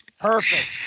Perfect